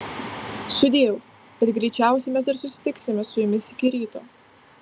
sudieu bet greičiausiai mes dar susitiksime su jumis iki ryto